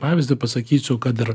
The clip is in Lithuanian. pavyzdį pasakysiu kad ir